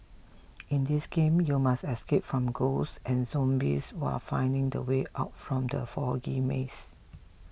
in this game you must escape from ghosts and zombies while finding the way out from the foggy maze